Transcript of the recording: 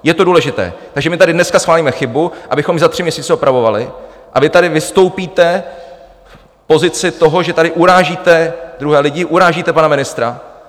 Je to důležité, takže my tady dneska schválíme chybu, abychom ji za tři měsíce opravovali, a vy tady vystoupíte v pozici toho, že tady urážíte druhé lidi, urážíte pana ministra.